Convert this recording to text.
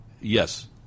yes